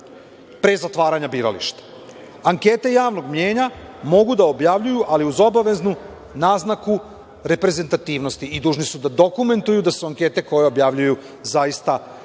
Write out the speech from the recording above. pre zatvaranja birališta. Anketa javnog mnjenja mogu da objavljuju, ali uz obaveznu naznaku reprezentativnosti i dužni su da dokumentuju da su ankete koje objavljuju zaista